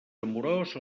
amorós